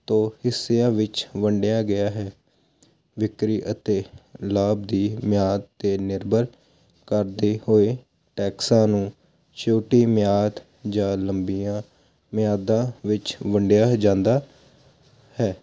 ਦੋ ਹਿੱਸਿਆਂ ਵਿੱਚ ਵੰਡਿਆ ਗਿਆ ਹੈ ਵਿਕਰੀ ਅਤੇ ਲਾਭ ਦੀ ਮਿਆਦ 'ਤੇ ਨਿਰਭਰ ਕਰਦੇ ਹੋਏ ਟੈਕਸਾਂ ਨੂੰ ਛੋਟੀ ਮਿਆਦ ਜਾਂ ਲੰਬੀਆਂ ਮਿਆਦਾਂ ਵਿੱਚ ਵੰਡਿਆ ਜਾਂਦਾ ਹੈ